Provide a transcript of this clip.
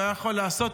הוא יכול היה לעשות,